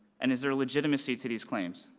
and is there legitimacy to these claims?